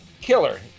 killer